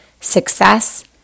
success